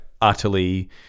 utterly